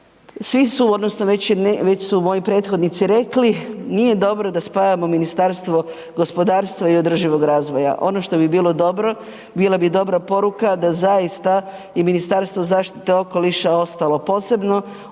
svi su odnosno već su moji prethodnici rekli nije dobro da spajamo Ministarstvo gospodarstva i održivog razvoja. Ono što bi bilo dobro bila bi dobra poruka da zaista i Ministarstvo zaštite okoliša ostalo posebno